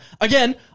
Again